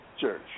Church